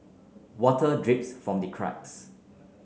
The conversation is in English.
water drips from the cracks